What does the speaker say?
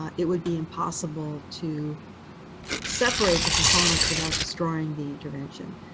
it would be impossible to separate the components without destroying the intervention.